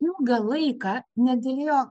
ilgą laiką negalėjo